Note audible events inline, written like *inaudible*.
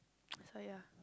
*noise* so ya